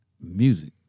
music